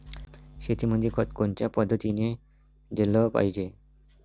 शेतीमंदी खत कोनच्या पद्धतीने देलं पाहिजे?